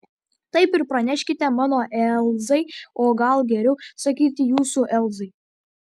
taip ir praneškite mano elzai o gal geriau sakyti jūsų elzai